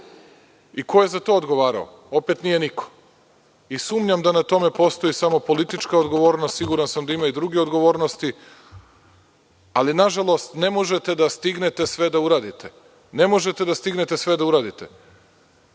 i ko je za to odgovarao? Opet nije niko. Sumnjam da na tome postoji samo politička odgovornost, siguran sam da ima i druge odgovornosti, ali nažalost ne možete da stignete sve da uradite. Bezbroj puta ne želeći